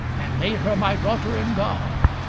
and made her my daughter in god.